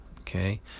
okay